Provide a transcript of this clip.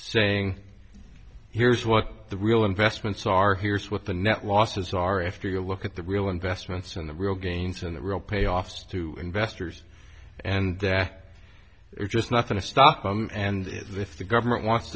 saying here's what the real investments are here's what the net losses are after you look at the real investments and the real gains in the real payoffs to investors and that is just not going to stop and is if the government wants